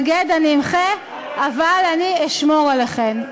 אתנגד, אמחה, אבל אשמור עליכן.